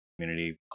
community